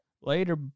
Later